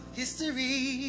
history